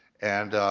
and